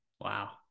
Wow